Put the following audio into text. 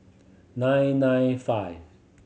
nine nine five